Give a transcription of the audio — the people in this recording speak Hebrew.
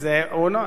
סליחה,